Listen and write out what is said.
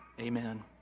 Amen